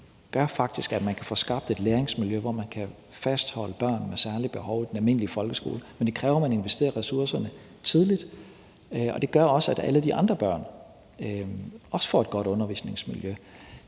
gør, at man kan få skabt et læringsmiljø, hvor man kan fastholde børn med særlige behov i den almindelige folkeskole. Men det kræver, at man investerer ressourcerne tidligt, for det gør også, at alle de andre børn får et godt undervisningsmiljø.